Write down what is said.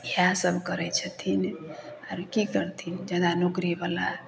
इएह सब करै छथिन आर की करथिन जादा नौकरी वला